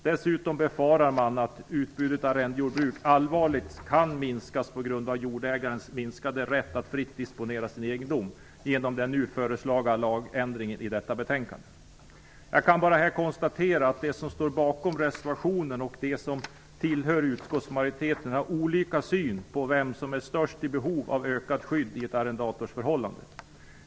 Dessutom befarar man att utbudet av arrendejordbruk allvarligt kan komma att inskränkas på grund av den minskning av jordägarens rätt att fritt disponera sin egendom som den nu föreslagna lagändringen innebär. Jag kan här bara konstatera att de som står bakom reservationen och de som tillhör utskottsmajoriteten har olika syn på vem som har största behovet av ökat skydd i ett arrendatorsförhållande.